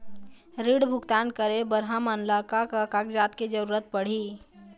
ऋण भुगतान करे बर हमन ला का का कागजात के जरूरत पड़ही?